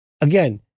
Again